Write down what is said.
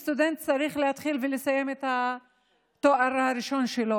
שבו סטודנט צריך להתחיל ולסיים את התואר הראשון שלו,